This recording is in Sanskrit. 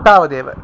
तावदेव